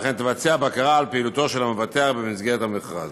וכן תבצע בקרה על פעילותו של המבטח במסגרת המכרז.